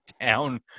town